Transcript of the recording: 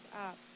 up